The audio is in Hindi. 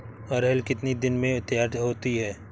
अरहर कितनी दिन में तैयार होती है?